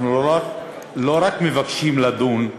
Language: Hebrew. אנחנו לא רק מבקשים לדון,